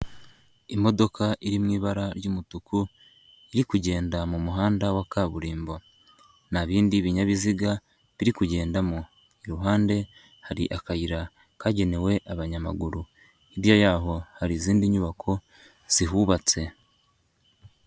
Imodoka iri mu ibara ry'umutuku iri kugenda mu muhanda wa kaburimbo, nta bindi binyabiziga biri kugendamo, iruhande hari akayira kagenewe abanyamaguru, hirya yaho hari izindi nyubako zihubatse.